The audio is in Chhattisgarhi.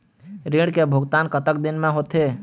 ऋण के भुगतान कतक दिन म होथे?